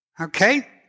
Okay